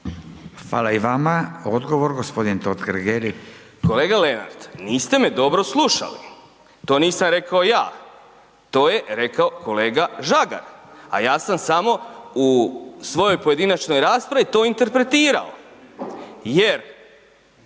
Hvala i vama. Odgovor, g. Totgergeli. **Totgergeli, Miro (HDZ)** Kolega Lenart, niste me dobro slušali. To nisam rekao ja, to je rekao kolega Žagar a ja sam samo u svojoj pojedinačnoj raspravi to interpretirao jer